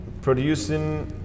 producing